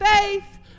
faith